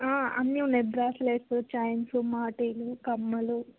అన్నీ ఉన్నాయ్ bracelets chains మాటీలు కమ్మలు